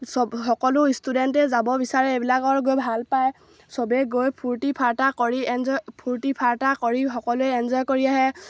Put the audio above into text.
চব সকলো ষ্টুডেণ্টে যাব বিচাৰে এইবিলাকৰ গৈ ভাল পায় চবেই গৈ ফূৰ্তি ফাৰ্তা কৰি এনজয় ফূৰ্তি ফাৰ্তা কৰি সকলোৱে এনজয় কৰি আহে